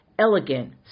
Elegant